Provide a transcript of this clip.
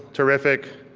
terrific,